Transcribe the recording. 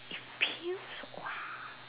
if pills !wah!